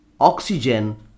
Oxygen